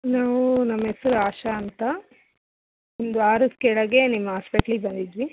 ನಾವು ನಮ್ಮ ಹೆಸ್ರು ಆಶಾ ಅಂತ ಒಂದು ವಾರದ ಕೆಳಗೆ ನಿಮ್ಮ ಹಾಸ್ಪಿಟ್ಲಿಗೆ ಬಂದಿದ್ವಿ